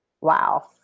Wow